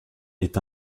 est